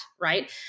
Right